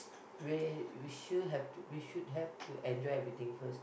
we we should have to we should have to enjoy everything first